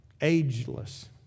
Ageless